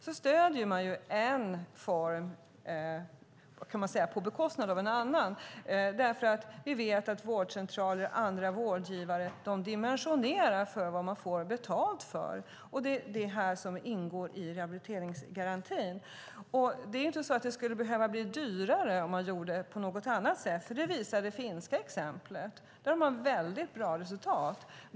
Då stöder man ju en viss form på bekostnad av en annan. Vi vet ju att vårdcentraler och andra vårdgivare dimensionerar för vad de får betalat för, det som ingår i rehabiliteringsgarantin. Det skulle inte behöva bli dyrare om man gjorde på något annat sätt. Det visar det finska exemplet, där de har mycket bra resultat.